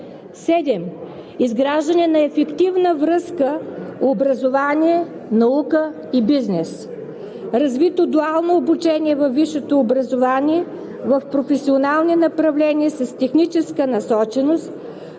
7. Изграждане на ефективна връзка образование – наука – бизнес. Развито дуално обучение във висшето образование в професионални направления с техническа насоченост,